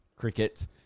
Cricket